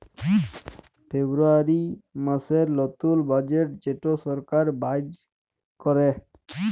ফেব্রুয়ারী মাসের লতুল বাজেট যেট সরকার বাইর ক্যরে